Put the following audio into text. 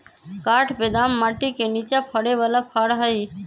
काठ बेदाम माटि के निचा फ़रे बला फ़र हइ